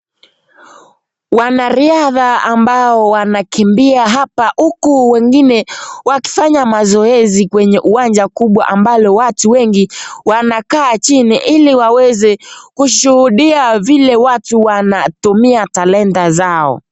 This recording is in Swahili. Wanariadha ambao wanakimbia hapa huku wengine wakifanya mazoezi kwenye uwanja kubwa ambalo watu wengi wanakaa chini ili waweze kushuhudia vile watu wanatumia talanta zao.